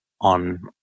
on